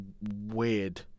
weird